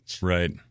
Right